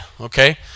okay